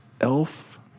elf